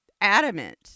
adamant